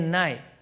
night